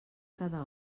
cada